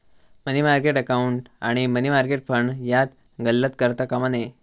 मनी market account आणि money market fund यात गल्लत करता कामा नये